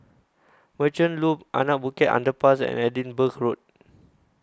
Merchant Loop Anak Bukit Underpass and Edinburgh Road